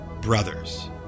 Brothers